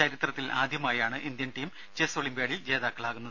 ചരിത്രത്തിൽ ആദ്യമായാണ് Indian team chess ഒളിംപ്യാഡിൽ ജേതാക്കളാകുന്നത്